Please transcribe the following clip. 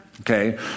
Okay